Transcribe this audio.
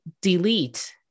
delete